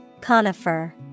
Conifer